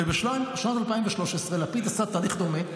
ובשנת 2013 לפיד עשה תהליך דומה,